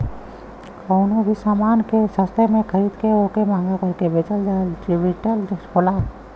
कउनो भी समान के सस्ते में खरीद के वोके महंगा करके बेचना आर्बिट्रेज होला